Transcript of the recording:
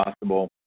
possible